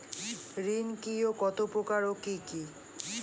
ঋণ কি ও কত প্রকার ও কি কি?